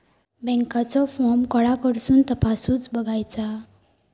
बँकेचो फार्म कोणाकडसून तपासूच बगायचा?